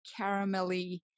caramelly